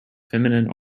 feminine